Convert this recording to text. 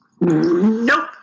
Nope